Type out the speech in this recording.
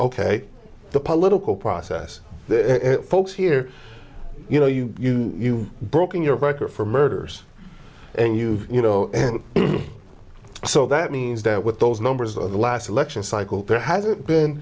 ok the political process folks here you know you you broke in your broker for murders and you've you know so that means that with those numbers of the last election cycle there hasn't been